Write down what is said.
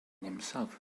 himself